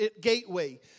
Gateway